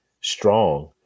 strong